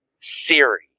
Siri